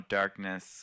darkness